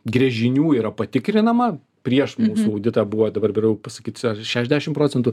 gręžinių yra patikrinama prieš mūsų auditą buvo dabar birau pasakyt ar šešiasdešim procentų